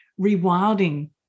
rewilding